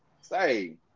say